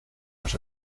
los